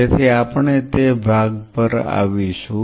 તેથી આપણે તે ભાગ પર પછીથી આવીશું